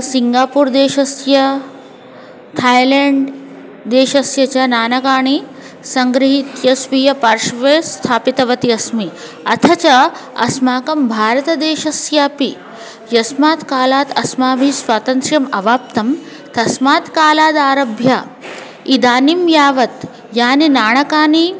Singapore देशस्य Thailand देशस्य च नाणकानि सङ्गृहीत्य स्वीयपार्श्वे स्थापितवती अस्मि अथ च अस्माकं भारतदेशस्यापि यस्मात् कालात् अस्माभिः स्वातन्त्र्यम् अवाप्तं तस्मात् कालादारभ्य इदानीं यावत् यानि नाणकानि